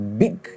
big